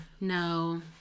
no